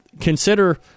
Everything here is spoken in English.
consider